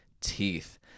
teeth